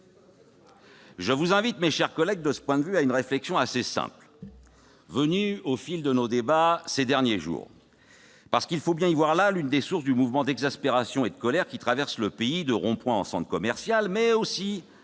je vous invite, mes chers collègues, à une réflexion assez simple, venue au fil de nos débats de ces derniers jours, parce qu'il faut bien y voir l'une des sources du mouvement d'exaspération et de colère qui traverse le pays, de ronds-points en centres commerciaux, mais aussi